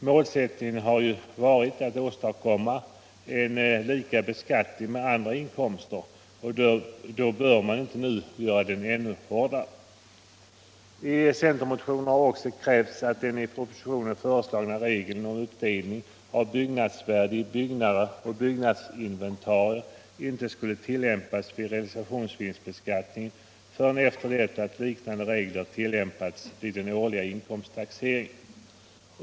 Målsättningen har varit att åstadkomma samma beskattning som för andra inkomster, och då bör man inte nu skärpa realisationsvinstbeskattningen så att den blir ännu hårdare än annan beskattning. I centermotionerna har också krävts att den i propositionen föreslagna regeln om uppdelning av byggnadsvärdet i byggnader och byggnadsinventarier inte skulle tillämpas vid realisationsvinstbeskattningen förrän efter det att liknande regler tillämpats vid den årliga inkomsttaxeringen.